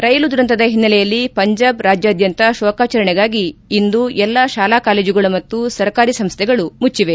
ರೈಲು ದುರಂತದ ಹಿನ್ನೆಲೆಯಲ್ಲಿ ಪಂಜಾಬ್ ರಾಜ್ಯಾದ್ಯಂತ ಶೋಕಾಚರಣೆಗಾಗಿ ಇಂದು ಎಲ್ಲಾ ಶಾಲಾ ಕಾಲೇಜುಗಳು ಮತ್ತು ಸರ್ಕಾರಿ ಸಂಸ್ಥೆಗಳು ಮುಚ್ಚಿದೆ